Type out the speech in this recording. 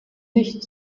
nicht